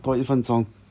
多一分钟